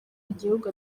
igihugu